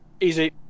Easy